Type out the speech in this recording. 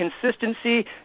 consistency